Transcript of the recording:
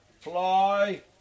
fly